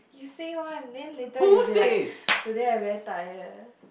you say one then later you will be like today I very tired